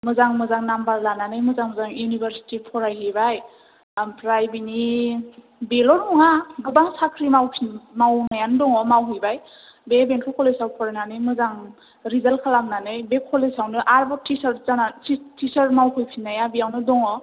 मोजां मोजां नाम्बार लानानै मोजां मोजां इउनिभारसिटि फराय हैबाय ओमफ्राय बेनि बेल' नङा गोबां साख्रि मावफिन मावनायानो दङ मावहैबाय बे बेंथल कलेजाव फरायनानै मोजां रिजाल्ट खालामनानै बे कलेजआवनो आरोबाव टिचार जानानै टिचार्स मावफै फिननाया बेवानो दङ